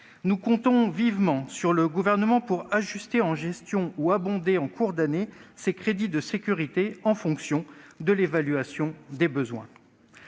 Nous comptons vivement sur le Gouvernement pour ajuster en gestion ou abonder en cours d'année ces crédits de sécurité, en fonction de l'évaluation des besoins.